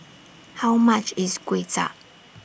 How much IS Kuay Cha